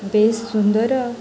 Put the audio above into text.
ବେଶ ସୁନ୍ଦର